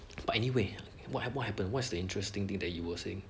but anyway what hap~ what happened what's the interesting thing that you were saying